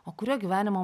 o kuriuo gyvenimo